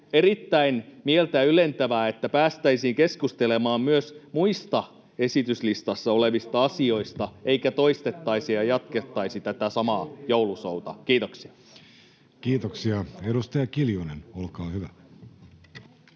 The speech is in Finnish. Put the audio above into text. erittäin mieltä ylentävää, että päästäisiin keskustelemaan myös muista esityslistassa olevista asioista eikä toistettaisi ja jatkettaisi tätä samaa joulushow’ta. — Kiitoksia. [Speech 182] Speaker: